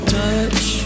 touch